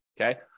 Okay